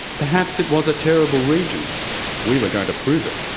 perhaps it was a terrible region we were going to prove it.